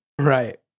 Right